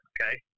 okay